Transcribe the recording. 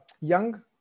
young